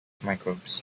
microbes